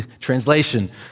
Translation